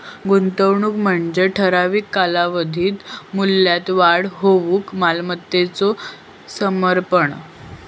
गुंतवणूक म्हणजे ठराविक कालावधीत मूल्यात वाढ होऊक मालमत्तेचो समर्पण